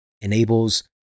enables